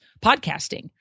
podcasting